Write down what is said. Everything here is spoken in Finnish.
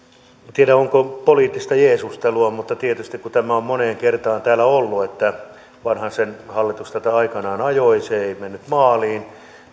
tiedä onko poliittista jeesustelua mutta tietysti tämä on moneen kertaan täällä ollut vanhasen hallitus tätä aikanaan ajoi se ei mennyt maaliin